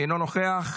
אינו נוכח.